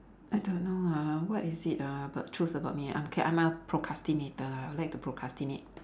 I don't know ah what is it ah but truth about me I'm K I'm a procrastinator lah I like to procrastinate